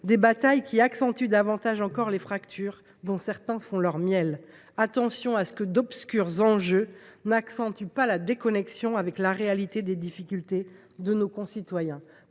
des batailles qui accentuent davantage encore les fractures dont certains font leur miel. Attention à ce que d’obscurs enjeux n’accentuent pas la déconnexion avec la réalité des difficultés de nos concitoyens.